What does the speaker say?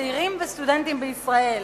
חברת הכנסת זוארץ.